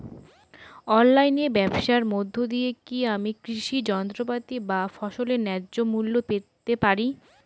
অনলাইনে ব্যাবসার মধ্য দিয়ে কী আমি কৃষি যন্ত্রপাতি বা ফসলের ন্যায্য মূল্য পেতে পারি?